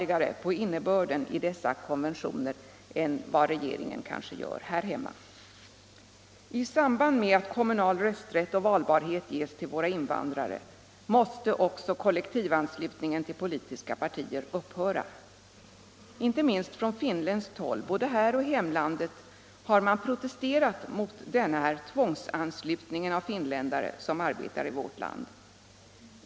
I samband med att kommunal rösträtt och valbarhet ges till våra invandrare måste också kollektivanslutningen till politiska partier upphöra. Inte minst från finländskt håll både här och i hemlandet har man protesterat mot denna tvångsanslutning av finländare som arbetar i vårt land.